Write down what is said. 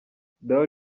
dawe